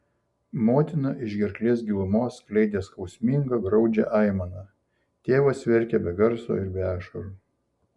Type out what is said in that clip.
motina iš gerklės gilumos skleidė skausmingą graudžią aimaną tėvas verkė be garso ir be ašarų